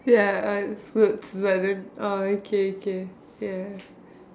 ya I flipped but then orh okay okay ya